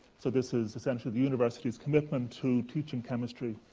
so, this is essentially the university's commitment to teaching chemistry